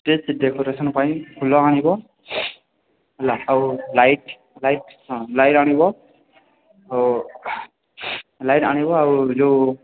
stage decoration ପାଇଁ ଫୁଲ ଆଣିବ ହେଲା ଆଉ ଲାଇଟ୍ ଲାଇଟ୍ ହଁ ଲାଇଟ୍ ଆଣିବ ଆଉ ଲାଇଟ୍ ଆଣିବ ଯୋଉ